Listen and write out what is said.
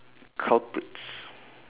culprits